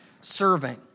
serving